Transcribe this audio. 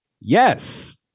yes